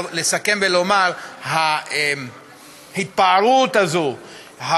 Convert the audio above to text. לסכם ולומר: ההתפארות הזאת,